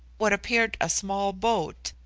what appeared a small boat,